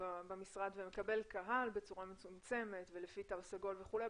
במשרד ומקבל קהל בצורה מצומצמת ולפי תו סגול וכולי,